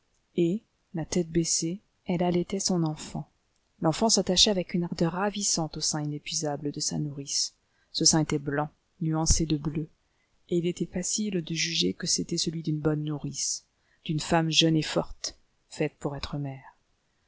et la tête baissée elle allaitait son enfant l'enfant s'attachait avec une ardeur ravissante au sein inépuisable de sa nourrice ce sein était blanc nuancé de bleu et il était facile de juger que c'était celui d'une bonne nourrice d'une femme jeune et forte faite pour être mère